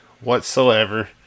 whatsoever